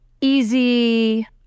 easy